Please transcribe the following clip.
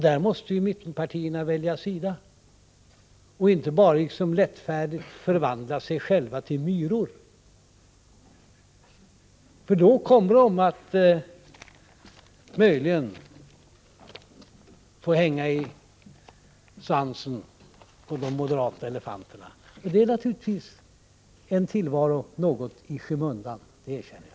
Där måste mittenpartierna välja sida och inte bara lättvindigt förvandla sig själva till myror. Då kommer de att — möjligen — få hänga i svansen på de moderata elefanterna. Och det är naturligtvis en tillvaro något i skymundan, det erkänner jag.